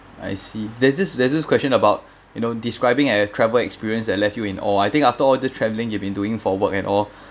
I see there this there this question about you know describing a travel experience that left you in awe I think after all this travelling you've been doing for work and all